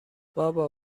بابا